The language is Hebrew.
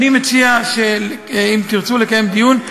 אני מציע שאם תרצו לקיים דיון,